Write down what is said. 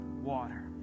water